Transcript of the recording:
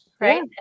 Right